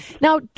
now